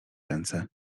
ręce